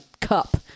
cup